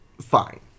Fine